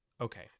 okay